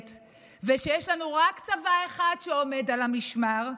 ושיש לנו רק צבא אחד שעומד על המשמר,